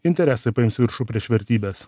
interesai paims viršų prieš vertybes